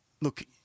Look